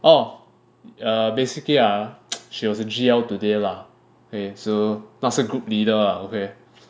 orh basically ah she was a G_L today lah okay so group leader ah okay